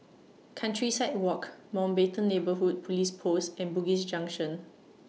Countryside Walk Mountbatten Neighbourhood Police Post and Bugis Junction